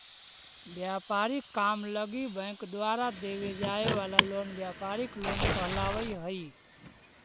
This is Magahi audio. व्यापारिक काम लगी बैंक द्वारा देवे जाए वाला लोन व्यापारिक लोन कहलावऽ हइ